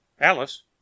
Alice